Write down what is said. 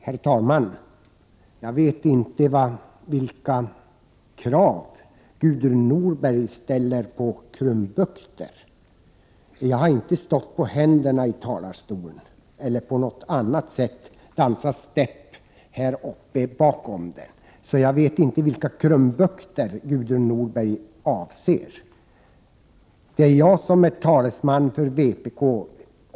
Herr talman! Jag vet inte vilka krav Gudrun Norberg ställer på krumbukter. Jag har inte stått på händerna i talarstolen eller dansat stepp här bakom, så jag vet inte vilka krumbukter Gudrun Norberg avser. Det är jag som är talesman för vpk.